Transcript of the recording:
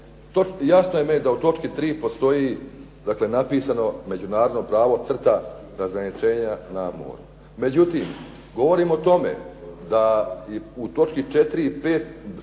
jasno je meni da u točki 3. postoji napisano međunarodno pravo crta razgraničenja na moru. Međutim, govorim o tome da u točki 4. i 5.